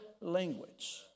language